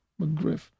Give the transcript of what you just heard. McGriff